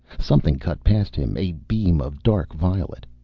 something cut past him, a beam of dark violet.